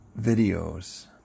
videos